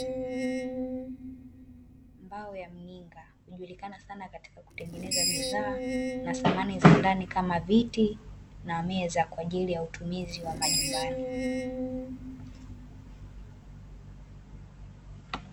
Mbao ya mninga hujulikana sana, katika kutenga bidhaa na thamani za ndani kama viti na meza, kwajili ya matumizi ya nyumbani.